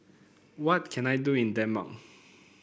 what can I do in Denmark